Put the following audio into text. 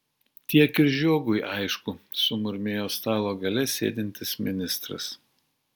tiek ir žiogui aišku sumurmėjo stalo gale sėdintis ministras